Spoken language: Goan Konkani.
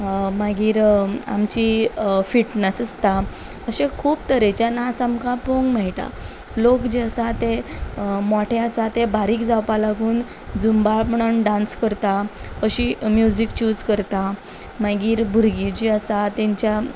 मागीर आमची फिटनस आसता अशे खूब तरेचे नाच आमकां पळोवंक मेळटा लोक जे आसा ते मोठे आसा ते बारीक जावपा लागून जुंबा म्हणून डांस करता अशी म्युजीक चूज करता मागीर भुरगीं जी आसा तेंच्या